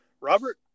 Robert